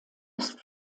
ist